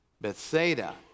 Bethsaida